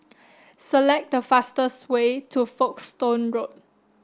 select the fastest way to Folkestone Road